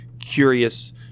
curious